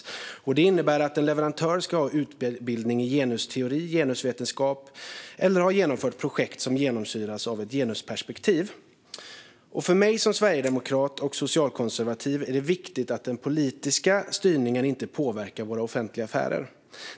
Detta innebär att en leverantör ska ha utbildning i genusteori eller genusvetenskap eller ha genomfört projekt som genomsyrats av ett genusperspektiv. För mig som sverigedemokrat och socialkonservativ är det viktigt att den politiska styrningen inte påverkar våra offentliga affärer.